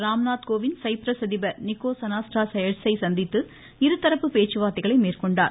Ramnath Kovind Cyprus அதிபா் Nicos அனாஸ்டா சையட்ஸை சந்தித்து இருதரப்பு பேச்சுவார்த்தைகளை மேற்கொண்டார்